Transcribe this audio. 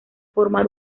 formar